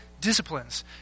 disciplines